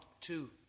two